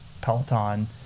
Peloton